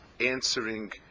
answering